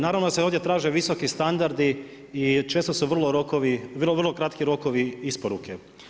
Naravno da se ovdje traži visoki standardi i često su vrlo, vrlo kratki rokovi isporuke.